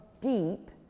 deep